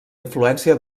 influència